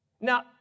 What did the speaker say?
Now